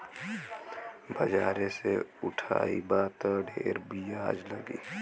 बाजारे से उठइबा त ढेर बियाज लगी